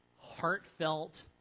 heartfelt